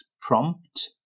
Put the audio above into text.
Prompt